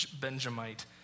Benjamite